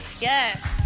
yes